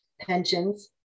pensions